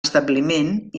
establiment